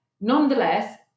Nonetheless